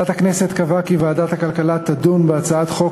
ועדת הכנסת קבעה כי ועדת הכלכלה תדון בהצעת חוק